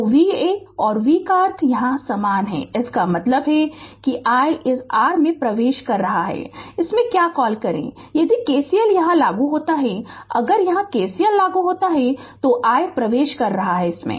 तो Va और V का अर्थ यहां सामान है इसका मतलब है कि कि i इस r में प्रवेश कर रहा है इसमें क्या कॉल करें यदि KCL यहां लागू होता है अगर यहां KCL लागू होता है तो i प्रवेश कर रहा है इसमें